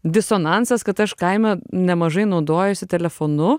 disonansas kad aš kaime nemažai naudojuosi telefonu